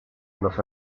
nos